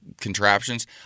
contraptions